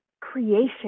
creation